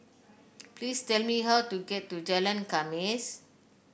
please tell me how to get to Jalan Khamis